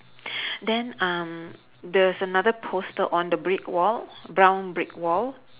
then um there's another poster on the brick wall brown brick wall